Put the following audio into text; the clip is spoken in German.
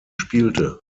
spielte